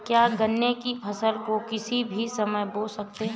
क्या गन्ने की फसल को किसी भी समय बो सकते हैं?